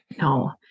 no